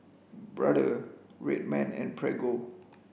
Brother Red Man and Prego